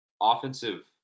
offensive –